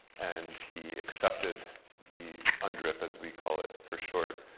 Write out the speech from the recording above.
and he accepted the undrip, as we call it for short,